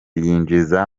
yinjiza